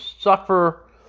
suffer